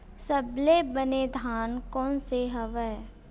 सबले बने धान कोन से हवय?